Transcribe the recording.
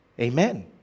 Amen